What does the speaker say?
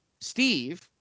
Steve